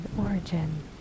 origin